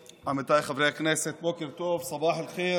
חבר הכנסת אחמד טיבי, אינו נוכח,